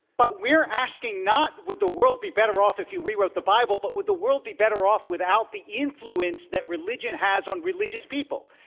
but we're asking not would the world be better off if you rewrote the bible, but would the world be better off without the influence that religion has on religious people.